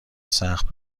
سخت